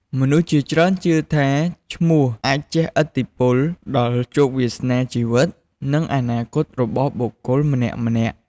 មនុស្សជាច្រើនជឿថា ឈ្មោះអាចជះឥទ្ធិពលដល់ជោគវាសនា ជីវិត និងអនាគតរបស់បុគ្គលម្នាក់ៗ។